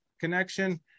connection